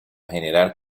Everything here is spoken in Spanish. generar